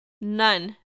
None